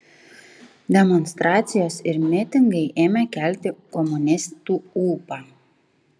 demonstracijos ir mitingai ėmė kelti komunistų ūpą